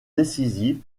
décisive